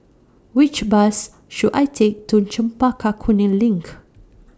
Which Bus should I Take to Chempaka Kuning LINK